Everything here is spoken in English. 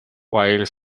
while